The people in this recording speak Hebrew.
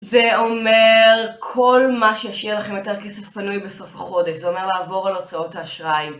זה אומר כל מה שישאיר לכם יותר כסף פנוי בסוף החודש זה אומר לעבור על הוצאות האשראי